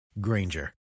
Granger